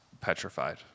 petrified